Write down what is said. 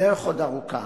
הדרך עוד ארוכה,